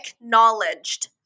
acknowledged